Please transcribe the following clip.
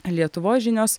lietuvos žinios